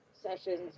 Sessions